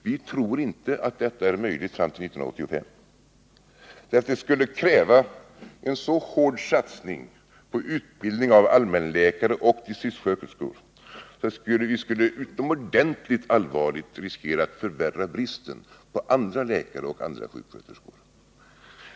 Vi tror inte att detta är möjligt fram till 1985, därför att det skulle kräva en så hård satsning på utbildning av allmänläkare och distriktssköterskor att vi skulle allvarligt riskera att förvärra bristen på andra läkare och andra sjuksköterskor.